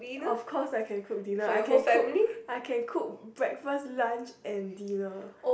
of course I can cook dinner I can cook I can cook breakfast lunch and dinner